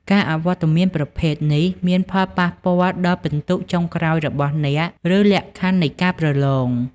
ការអវត្តមានប្រភេទនេះអាចមានផលប៉ះពាល់ដល់ពិន្ទុចុងក្រោយរបស់អ្នក ឬលក្ខខណ្ឌនៃការប្រឡង។